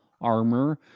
armor